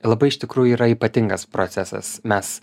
labai iš tikrųjų yra ypatingas procesas mes